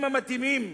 המתאימים